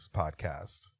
podcast